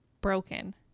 broken